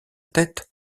tête